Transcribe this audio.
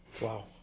Wow